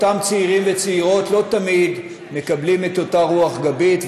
אותם צעירים וצעירות לא תמיד מקבלים את אותה רוח גבית,